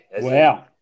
Wow